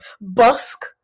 busk